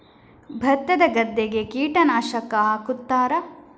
ಭತ್ತದ ಗದ್ದೆಗೆ ಕೀಟನಾಶಕ ಹಾಕುತ್ತಾರಾ?